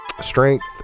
strength